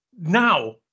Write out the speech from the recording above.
now